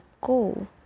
go